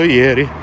ieri